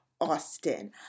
Austin